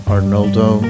Arnoldo